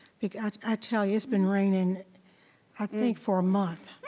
because, i tell you, it's been raining i think for a month.